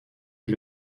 est